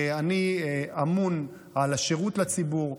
אני אמון על השירות לציבור,